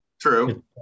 True